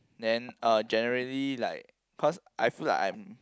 then uh generally like cause I feel like I'm